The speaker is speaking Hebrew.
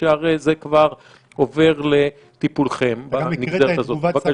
שהרי זה כבר עובר לטיפולכם במסגרת הזאת.